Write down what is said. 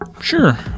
Sure